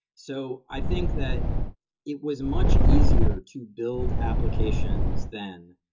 so i think that it was much easier to build applications then,